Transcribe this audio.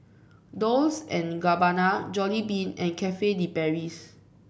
Dolce and Gabbana Jollibean and Cafe De Paris